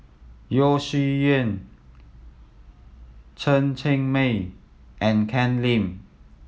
Yeo Shih Yun Chen Cheng Mei and Ken Lim